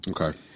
Okay